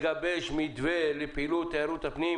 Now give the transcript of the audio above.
הבריאות ולמשרד התיירות לגבש מתווה לפעילות תיירות הפנים,